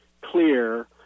clear